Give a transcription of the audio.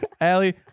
Allie